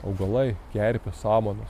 augalai kerpės samanos